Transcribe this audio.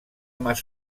más